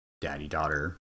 daddy-daughter